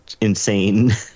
insane